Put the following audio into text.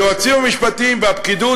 היועצים המשפטיים והפקידות,